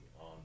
on